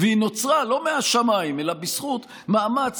והיא נוצרה לא מהשמיים אלא בזכות מאמץ